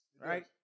Right